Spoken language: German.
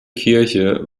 kirche